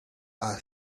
are